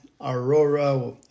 Aurora